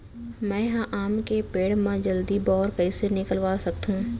मैं ह आम के पेड़ मा जलदी बौर कइसे निकलवा सकथो?